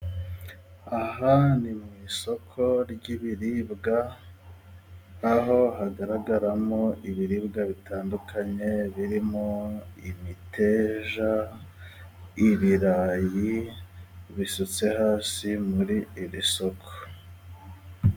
Aha ni mu isoko ry'ibiribwa aho hagaragaramo ibiribwa bitandukanye birimo imiteja. Ibirayi bisutse hasi muri iri soko.